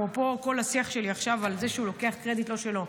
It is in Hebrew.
אפרופו כל השיח שלי עכשיו על זה שהוא לוקח קרדיט לא שלו,